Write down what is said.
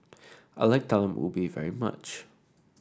I like Talam Ubi very much